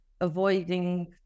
avoiding